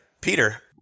Peter